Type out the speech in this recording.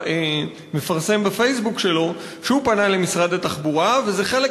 שמפרסם בפייסבוק שלו שהוא פנה למשרד התחבורה ושזה חלק